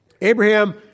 Abraham